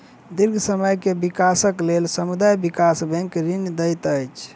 दीर्घ समय के विकासक लेल समुदाय विकास बैंक ऋण दैत अछि